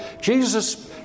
Jesus